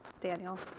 Daniel